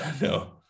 No